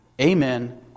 Amen